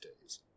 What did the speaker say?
days